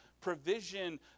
provision